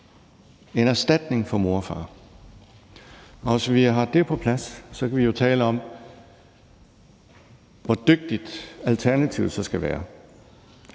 en erstatning for mor og far. Hvis vi har det på plads, kan vi jo tale om, hvor dygtigt alternativet så skal være.